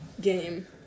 game